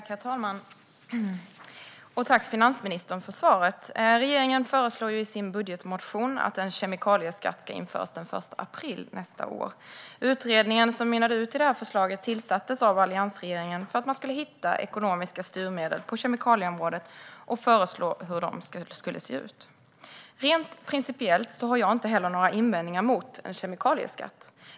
Herr talman! Tack, finansministern, för svaret! Regeringen föreslår i sin budget att en kemikalieskatt ska införas den 1 april nästa år. Utredningen som mynnade ut i förslaget tillsattes av alliansregeringen för att man skulle hitta ekonomiska styrmedel på kemikalieområdet och föreslå hur de skulle se ut. Rent principiellt har jag inte heller några invändningar mot en kemikalieskatt.